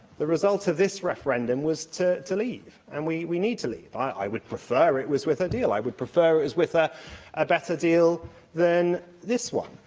the result of this referendum was to to leave, and we we need to leave. i would prefer it was with a deal i would prefer it was with a a better deal than this one.